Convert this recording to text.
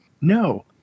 No